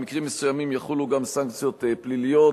במקרים מסוימים יחולו גם סנקציות פליליות,